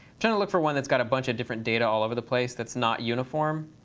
trying to look for one that's got a bunch of different data all over the place, that's not uniform